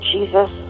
Jesus